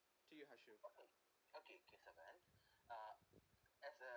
thank you okay kesavan uh as a